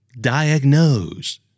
Diagnose